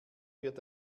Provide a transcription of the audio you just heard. wird